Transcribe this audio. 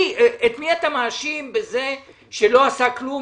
את מי אתה מאשים בזה שלא עשה כלום,